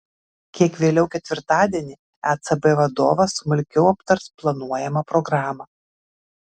kiek vėliau ketvirtadienį ecb vadovas smulkiau aptars planuojamą programą